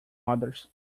others